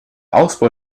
ausbau